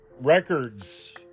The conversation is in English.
records